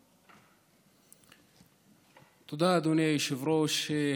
תודה, אדוני היושב-ראש.